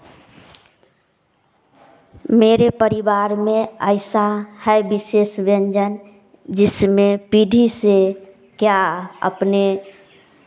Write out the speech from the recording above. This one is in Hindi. मेरे परिवार में ऐसा है विशेष व्यंजन जिसमें पीढ़ी से या अपने